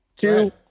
Two